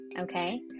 Okay